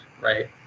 right